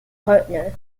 partner